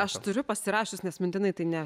aš turiu pasirašius nes mintinai tai ne